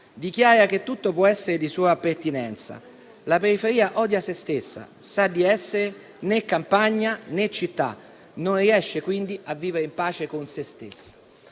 dichiara che tutto può essere di sua pertinenza. La periferia odia se stessa, sa di essere né campagna, né città, non riesce quindi a vivere in pace con se stessa».